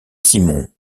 simon